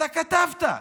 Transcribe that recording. אתה כתבת,